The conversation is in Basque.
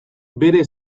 bere